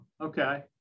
Okay